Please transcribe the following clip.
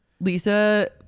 lisa